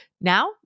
Now